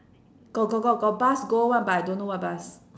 got got got got bus go [one] but I don't know what bus